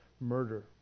murder